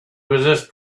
resist